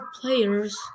players